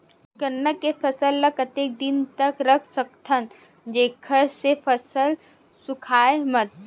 गन्ना के फसल ल कतेक दिन तक रख सकथव जेखर से फसल सूखाय मत?